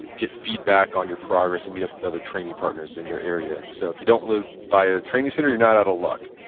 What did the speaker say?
get feedback on your progress and meet up with other training partners in your area. so if you don't live by a training center, you're not out of luck.